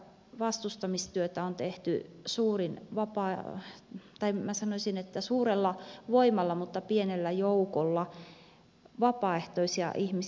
tätä vastustamistyötä on tehty sanoisin että suurella voimalla mutta pienellä joukolla vapaaehtoisia ihmisiä